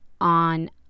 on